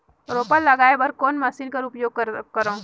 रोपा लगाय बर कोन मशीन कर उपयोग करव?